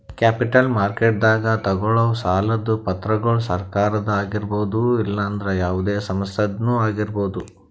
capital ಮಾರ್ಕೆಟ್ದಾಗ್ ತಗೋಳವ್ ಸಾಲದ್ ಪತ್ರಗೊಳ್ ಸರಕಾರದ ಆಗಿರ್ಬಹುದ್ ಇಲ್ಲಂದ್ರ ಯಾವದೇ ಸಂಸ್ಥಾದ್ನು ಆಗಿರ್ಬಹುದ್